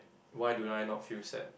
why do I not feel sad